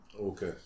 Okay